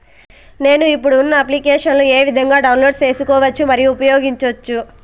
నేను, ఇప్పుడు ఉన్న అప్లికేషన్లు ఏ విధంగా డౌన్లోడ్ సేసుకోవచ్చు మరియు ఉపయోగించొచ్చు?